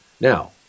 now